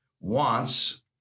wants